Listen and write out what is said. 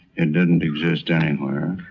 it didn't exist anywhere.